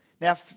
Now